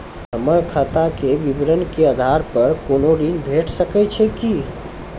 हमर खाता के विवरण के आधार प कुनू ऋण भेट सकै छै की?